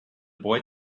boy